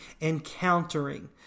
encountering